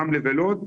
רמלה ולוד,